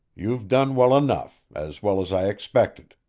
you've done well enough as well as i expected.